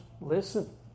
listen